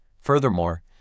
Furthermore